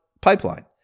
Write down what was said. Pipeline